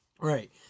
right